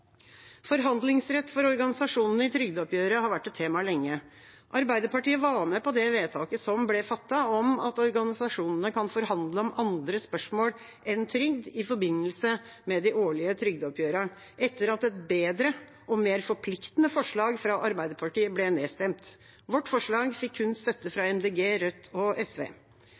Forhandlingsrett for organisasjonene i trygdeoppgjøret har vært et tema lenge. Arbeiderpartiet var med på det vedtaket som ble fattet, om at organisasjonene kan forhandle om andre spørsmål enn trygd i forbindelse med de årlige trygdeoppgjørene, etter at et bedre og mer forpliktende forslag fra Arbeiderpartiet ble nedstemt. Vårt forslag fikk kun støtte fra Miljøpartiet De Grønne, Rødt og SV.